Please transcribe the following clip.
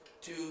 two